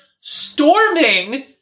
storming